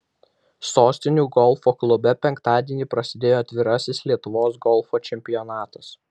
sostinių golfo klube penktadienį prasidėjo atvirasis lietuvos golfo čempionatas